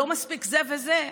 לא מספיק זה וזה,